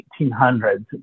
1800s